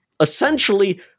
essentially